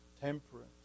temperance